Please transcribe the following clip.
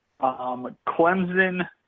Clemson